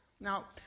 Now